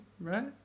right